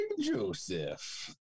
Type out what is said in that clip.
Joseph